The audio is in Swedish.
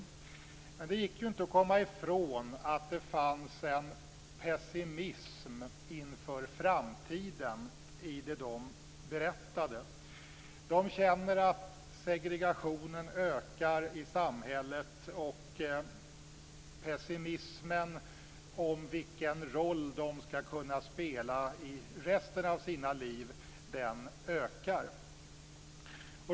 Men det gick inte att komma ifrån att det fanns en pessimism inför framtiden i det de berättade. De känner att segregationen ökar i samhället, och pessimismen om vilken roll de skall kunna spela i resten av sina liv ökar.